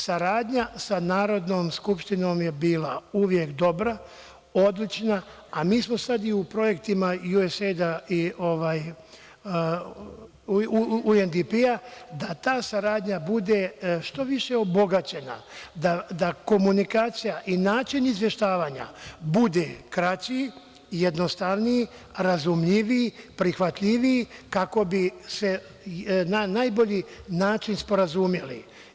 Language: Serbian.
Saradnja sa Narodnom skupštinom je bila uvek dobra, odlična, a mi smo sad i u projektima USAID i UNDP da ta saradnja bude što više obogaćena, da komunikacija i način izveštavanja bude kraći, jednostavniji, razumljiviji, prihvatljiviji, kako bi se na najbolji način sporazumeli.